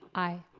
aye.